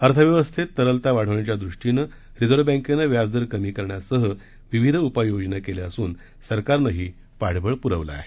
अर्थव्यवस्थेत तरलता वाढवण्याच्या दृष्टीनं रिझर्व बँकेनं व्याजदर कमी करण्यासह विविध उपाययोजना केल्या असून सरकारनंही पाठबळ पुरवलं आहे